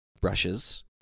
brushes